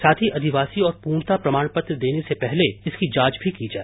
साथ ही अधिवासी और पूर्णता पत्र देने से पहले इसकी जांच भी की जाए